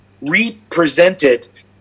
represented